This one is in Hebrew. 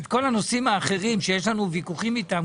את כל הנושאים האחרים שיש לנו ויכוחים איתם,